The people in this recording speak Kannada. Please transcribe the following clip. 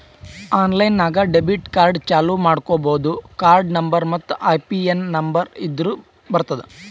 ಆನ್ಲೈನ್ ನಾಗ್ ಡೆಬಿಟ್ ಕಾರ್ಡ್ ಚಾಲೂ ಮಾಡ್ಕೋಬೋದು ಕಾರ್ಡ ನಂಬರ್ ಮತ್ತ್ ಐಪಿನ್ ನಂಬರ್ ಇದ್ದುರ್ ಬರ್ತುದ್